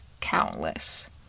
countless